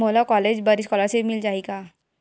मोला कॉलेज बर स्कालर्शिप मिल जाही का?